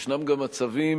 ישנם מצבים